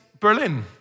Berlin